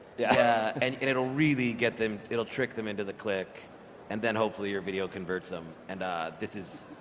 yeah and it'll really get them it'll trick them into the click and then hopefully your video converts them and this is,